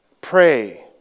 pray